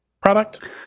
product